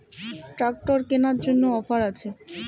Tractor কেনার জন্য offer আছে?